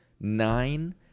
nine